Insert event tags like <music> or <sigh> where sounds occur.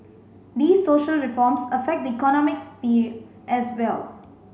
these social reforms affect the economic <unintelligible> as well